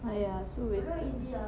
!aiya! so wasted